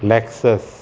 Lexus